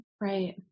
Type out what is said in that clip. Right